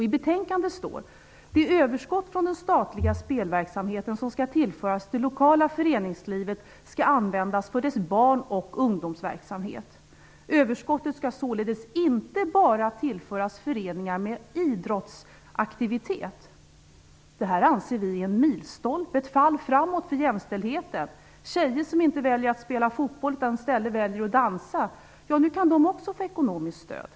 I "Det överskott från den statliga spelverksamheten som skall tillföras det lokala föreningslivet skall användas för dess barn och ungdomsverksamhet. Överskottet skall således inte bara tillföras föreningar med idrottsaktiviteter." Detta anser vi vara en milstolpe, ett fall framåt för jämställdheten. Tjejer som inte spelar fotboll utan i stället väljer att dansa kan nu också få ekonomiskt stöd.